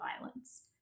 violence